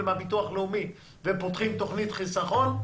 מהביטוח הלאומי ופותחים תוכנית חיסכון,